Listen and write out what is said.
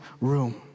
room